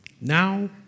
now